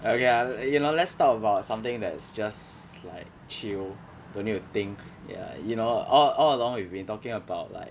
okay lah you know let's talk about something that is just like chill don't need to think ya you know all all along we've been talking about like